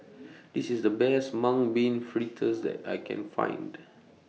This IS The Best Mung Bean Fritters that I Can Find